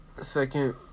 Second